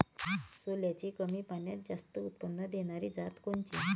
सोल्याची कमी पान्यात जास्त उत्पन्न देनारी जात कोनची?